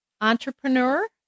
entrepreneur